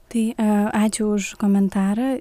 tai ačiū už komentarą